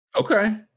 Okay